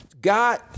God